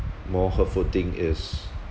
more hurtful thing is